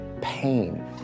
pain